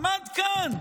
עמד כאן